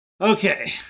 okay